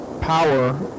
power